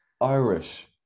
Irish